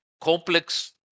complex